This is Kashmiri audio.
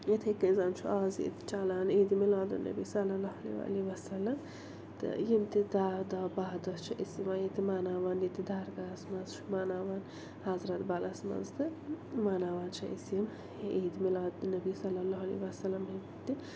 یِتھٔے کٔنۍ زَنہٕ چھُ آز ییٚتہِ چلان عید میلاد النبی صلی اللہ علیہِ وَسلم تہٕ یِم تہِ داہ دۄہ بَہہ دۄہ چھِ أسۍ یِوان ییٚتہِ مناوان ییٚتہِ درگاہَس منٛز چھُ مناوان حضرت بَلَس منٛز تہٕ مناوان چھِ أسۍ یِم عید میلاد النبی صلی اللہ علیہِ وَسلَم ہِنٛدۍ تہِ